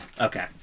Okay